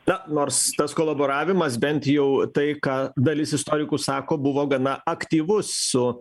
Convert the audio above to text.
na nors tas kolaboravimas bent jau tai ką dalis istorikų sako buvo gana aktyvus su